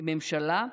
הממשלה.